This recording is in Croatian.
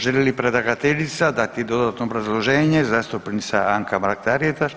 Želi li predlagateljica dati dodatno obrazloženje, zastupnica Anka Mrak-Taritaš?